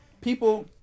people